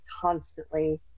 constantly